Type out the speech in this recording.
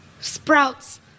sprouts